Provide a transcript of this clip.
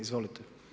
Izvolite.